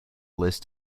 list